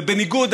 ובניגוד,